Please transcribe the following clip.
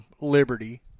Liberty